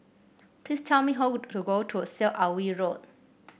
please tell me how to go to Syed Alwi Road